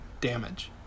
damage